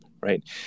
right